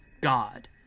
god